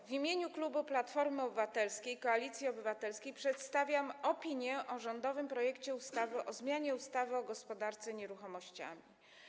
W imieniu klubu Platformy Obywatelskiej - Koalicji Obywatelskiej przedstawiam opinię o rządowym projekcie ustawy o zmianie ustawy o gospodarce nieruchomościami.